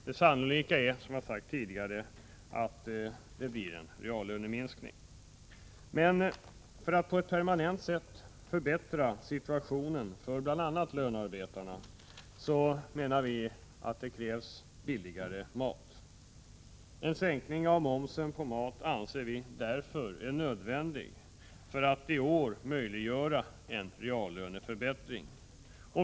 Det sannolika är, som jag sagt tidigare, att det blir en reallöneminskning. För att på ett permanent sätt förbättra situationen för bl.a. lönearbetarna behövs billigare mat. En sänkning av momsen på mat anser vi därför nödvändig för att i år möjliggöra en reallöneförbättring.